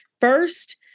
first